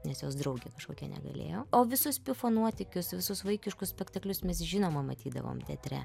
nes jos draugė kažkokia negalėjo o visus pifo nuotykius visus vaikiškus spektaklius mes žinoma matydavom teatre